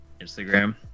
Instagram